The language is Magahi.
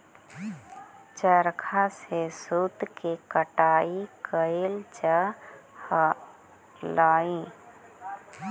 चरखा से सूत के कटाई कैइल जा हलई